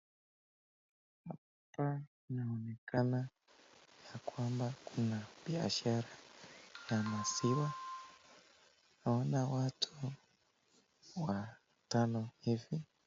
Hapa inaonekana ya kwamba kuna biashara ya maziwa. Naona watu watano hivi.